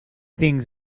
things